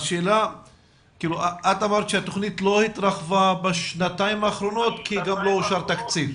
את אמרת שהתכנית לא התרחבה בשנתיים האחרונות כי גם לא אושר תקציב.